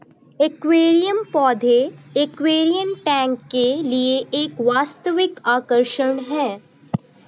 aquarium पौधे aquarium tank के लिए एक वास्तविक आकर्षण है